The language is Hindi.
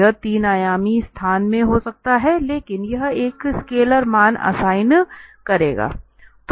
यह 3 आयामी स्थान में हो सकता है लेकिन यह एक स्केलर मान असाइन करेगा